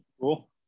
Cool